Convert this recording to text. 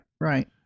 right